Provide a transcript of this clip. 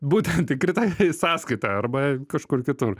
būtent įkrito į sąskaitą arba kažkur kitur